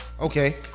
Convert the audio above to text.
Okay